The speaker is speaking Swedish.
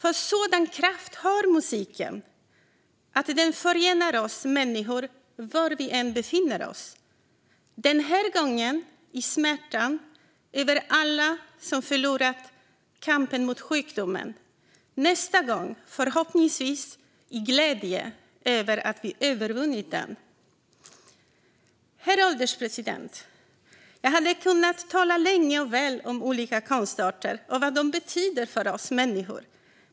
Musiken har en sådan kraft att den förenar oss människor var vi än befinner oss - denna gång i smärtan över alla som förlorat kampen mot sjukdomen, nästa gång förhoppningsvis i glädje över att vi har övervunnit den. Herr ålderspresident! Jag hade kunnat tala länge och väl om olika konstarter och vad de betyder för oss människor.